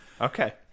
Okay